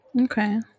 Okay